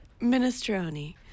minestrone